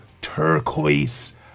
turquoise